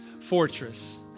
fortress